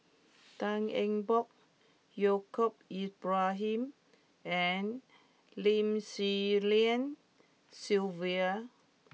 Tan Eng Bock Yaacob Ibrahim and Lim Swee Lian Sylvia